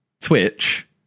Twitch